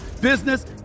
business